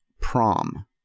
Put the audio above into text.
prom